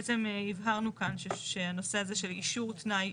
בעצם הבהרנו כאן שהנושא הזה של אישור תנאי